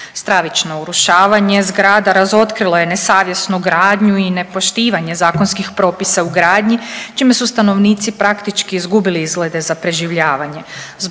Stravično urušavanje zgrada razotkrilo je nesavjesnu gradnju i nepoštivanje zakonskih propisa u gradnji čime su stanovnici praktički izgubili izglede za preživljavanje.